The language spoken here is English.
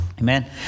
Amen